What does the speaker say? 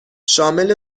شامل